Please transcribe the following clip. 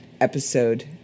episode